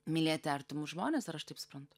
mylėti artimus žmones ar aš taip suprantu